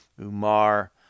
Umar